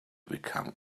become